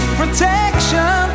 protection